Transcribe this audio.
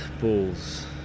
balls